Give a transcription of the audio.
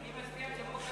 אני מצביע כמו,